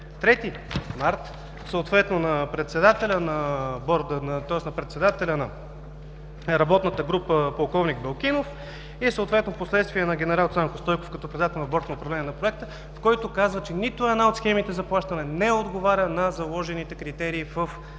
съответно на председателя на Работната група полковник Белкинов, и съответно впоследствие на генерал Цанко Стойков, като председател на Борда на управление на Проекта, който казва, че нито една от схемите за плащане не отговаря на заложените критерии в нашите